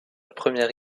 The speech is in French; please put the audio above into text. première